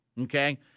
Okay